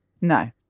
No